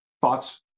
Thoughts